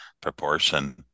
proportion